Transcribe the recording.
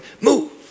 move